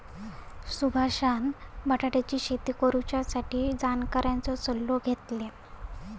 सुभाषान बटाट्याची शेती करुच्यासाठी जाणकारांचो सल्लो घेतल्यान